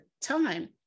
time